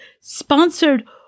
sponsored